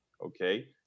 okay